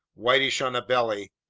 whitish on the belly,